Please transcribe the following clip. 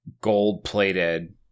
gold-plated